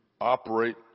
operate